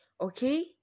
okay